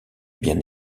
bien